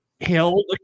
held